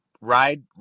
Ride